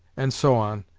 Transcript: and so on,